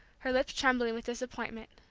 her lips trembling with disappointment.